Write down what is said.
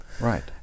Right